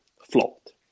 flopped